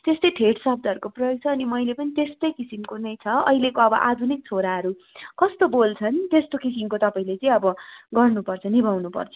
त्यस्तो ठेट शब्दहरूको प्रयोग छ अनि मैले पनि त्यस्तो किसिमको नै छ अहिलेको अब आधुनिक छोराहरू कस्तो बोल्छन् त्यस्तो किसिमको तपाईँले चाहिँ अब गर्नु पर्छ निभाउनु पर्छ